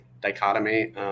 dichotomy